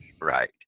Right